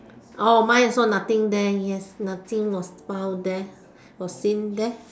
oh mine also nothing there yes nothing was found there or seen there